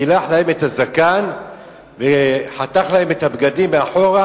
גילח להם את הזקן וחתך להם את הבגדים מאחורה,